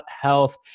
Health